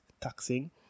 taxing